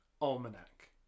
Almanac